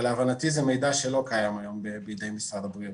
אבל להבנתי זה מידע שלא קיים היום בידי משרד הבריאות.